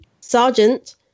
Sergeant